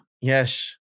yes